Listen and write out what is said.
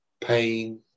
pain